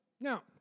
Now